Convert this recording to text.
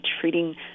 treating